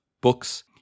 books